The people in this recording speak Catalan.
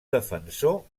defensor